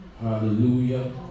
Hallelujah